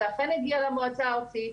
זה אכן הגיע למועצה הארצית,